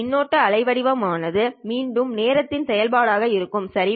மின்னோட்டம் அலைவடிவம் ஆனது மீண்டும் நேரத்தின் செயல்பாடாக இருக்கும் சரி